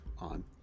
on